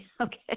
Okay